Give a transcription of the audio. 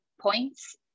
points